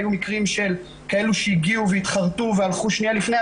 היו מקרים של כאלו שהגיעו והתחרטו והלכו שנייה לפני,